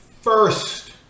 first